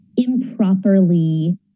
improperly